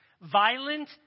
violent